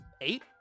eight